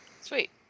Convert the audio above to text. sweet